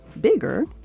bigger